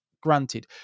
granted